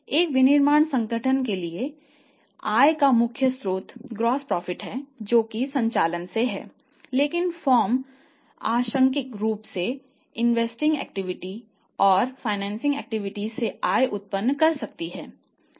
एक विनिर्माण संगठन के लिए आय का मुख्य स्रोत सकल लाभ से आय उत्पन्न कर सकती है